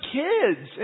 kids